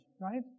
right